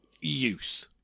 youth